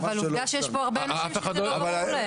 עובדה שיש פה הרבה אנשים שזה לא ברור להם.